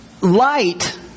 Light